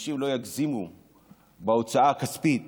אנשים לא יגזימו בהוצאה הכספית